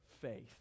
faith